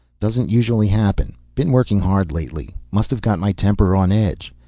doesn't usually happen. been working hard lately, must have got my temper on edge.